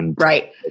Right